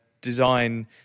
design